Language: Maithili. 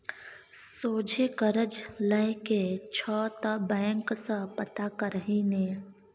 सोझे करज लए के छौ त बैंक सँ पता करही ने